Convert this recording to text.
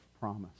promise